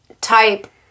type